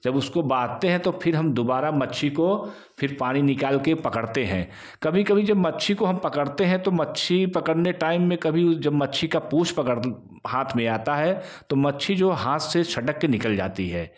जब उसको बाँधते हैं तो फिर हम दुबारा मच्छी को फिर पानी निकाल के पकड़ते हैं कभी कभी जब मच्छी को हम पकड़ते हैं तो मच्छी पकड़ने टाइम में कभी वो जब मच्छी का पूँछ पकड़ हाथ में आता है तो मच्छी जो हाथ से छटक के निकल जाती है